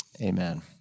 amen